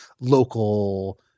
local